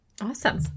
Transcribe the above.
Awesome